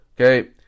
Okay